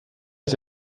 ist